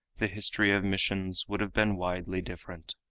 the history of missions would have been widely different.